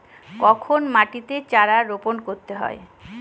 কখন মাটিতে চারা রোপণ করতে হয়?